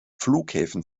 flughäfen